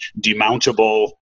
demountable